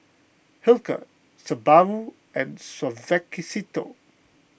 Hilker Subaru and Suavecito